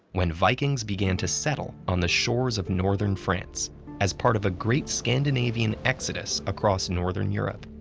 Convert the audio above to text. when vikings began to settle on the shores of northern france as part of a great scandinavian exodus across northern europe.